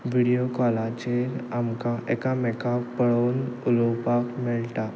video कॉलाचेर आमकां एकामेकाक पळोवन उलोवपाक मेळटा